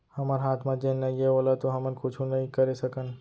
हमर हाथ म जेन नइये ओला तो हमन कुछु नइ करे सकन